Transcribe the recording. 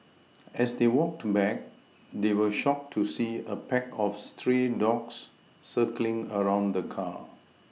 as they walked back they were shocked to see a pack of stray dogs circling around the car